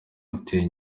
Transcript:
ate